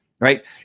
right